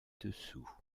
dessous